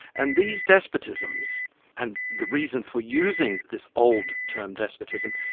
and these despotisms and the reason for using this old term despotism,